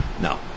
No